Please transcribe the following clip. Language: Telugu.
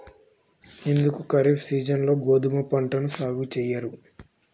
ఎందుకు ఖరీఫ్ సీజన్లో గోధుమ పంటను సాగు చెయ్యరు?